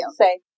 say